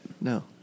No